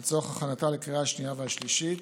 לצורך הכנתה לקריאה השנייה והשלישית.